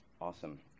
Awesome